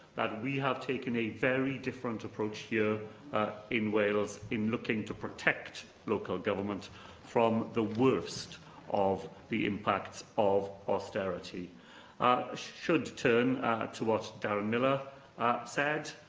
that we have taken a very different approach here in wales in looking to protect local government from the worst of the impacts of austerity. i ah should turn to what darren millar said.